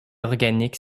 organique